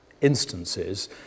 instances